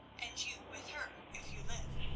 and you with her, if you live.